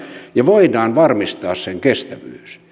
ja voidaan varmistaa sen kestävyys